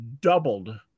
doubled